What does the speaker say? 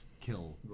kill